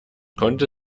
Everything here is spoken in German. konnte